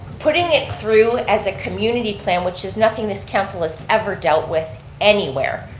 putting it through as a community plan which is nothing this council has ever dealt with anywhere